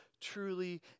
truly